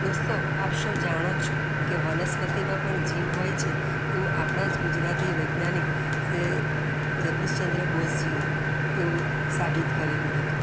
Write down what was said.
દોસ્તો આપ સૌ જાણો જ છો કે વનસ્પતિમાં પણ જીવ હોય છે એવું આપણા જ ગુજરાતી વૈજ્ઞાનિક જગદીશ ચંદ્રબોઝજીએ એવું સાબિત કરેલું હતું